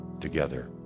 together